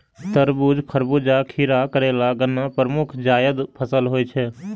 तरबूज, खरबूजा, खीरा, करेला, गन्ना प्रमुख जायद फसल होइ छै